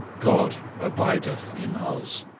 god abideth in us.